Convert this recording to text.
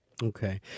Okay